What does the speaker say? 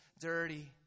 dirty